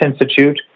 Institute